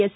S